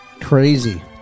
Crazy